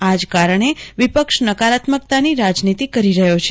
આ જ કારણે વિપક્ષ નકારાત્મકની રાજનીતિ કરહી રહ્યો છે